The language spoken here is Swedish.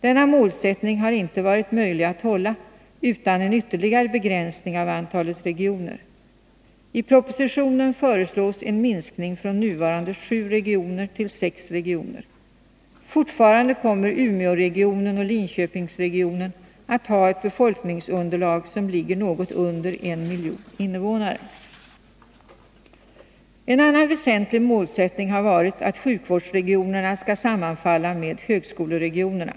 Denna målsättning har inte varit möjlig att hålla utan en ytterligare begränsning av antalet regioner. I propositionen föreslås en minskning från nuvarande sju regioner till sex regioner. Fortfarande kommer Umeåregionen och Linköpingsregionen att ha ett befolkningsunderlag som ligger något under 1 miljon invånare. En annan väsentlig målsättning har varit att sjukvårdsregionerna skall sammanfalla med högskoleregionerna.